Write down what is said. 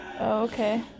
okay